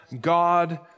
God